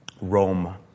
Rome